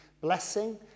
blessing